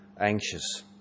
anxious